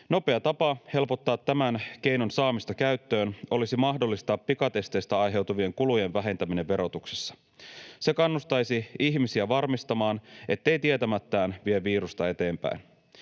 Nopea tapa helpottaa tämän keinon saamista käyttöön olisi mahdollistaa pikatesteistä aiheutuvien kulujen vähentäminen verotuksessa. Se kannustaisi ihmisiä varmistamaan, ettei tietämättään vie virusta eteenpäin.